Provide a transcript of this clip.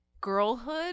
girlhood